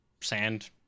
sand